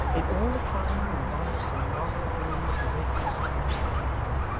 in all the crime and vice and moral gloom of the great pest-house of the capital,